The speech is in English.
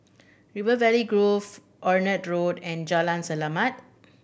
River Valley Grove Onraet Road and Jalan Selamat